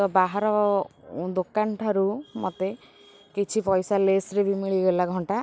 ବାହାର ଦୋକାନ ଠାରୁ ମୋତେ କିଛି ପଇସା ଲେସ୍ରେ ବି ମିଳିଗଲା ଘଣ୍ଟା